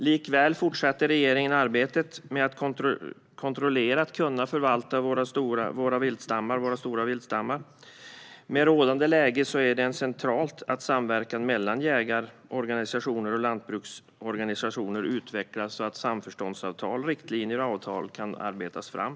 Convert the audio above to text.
Likväl fortsätter regeringen arbetet med att kunna kontrollera och förvalta våra stora viltstammar. Med rådande läge är det centralt att samverkan mellan jägarorganisationer och lantbruksorganisationer utvecklas så att samförståndsavtal, riktlinjer och avtal kan arbetas fram.